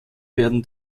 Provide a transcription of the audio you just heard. werden